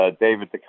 David